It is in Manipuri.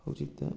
ꯍꯧꯖꯤꯛꯇ